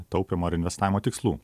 taupymo ar investavimo tikslų